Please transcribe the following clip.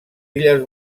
illes